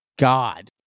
God